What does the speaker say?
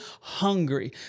hungry